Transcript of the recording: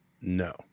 No